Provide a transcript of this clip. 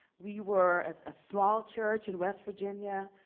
we were a small church in west virginia,